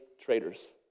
traders